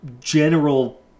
general